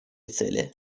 цели